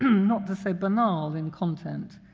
not to say banal in content.